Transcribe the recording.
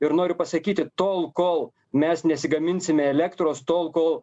ir noriu pasakyti tol kol mes negaminsime elektros tol kol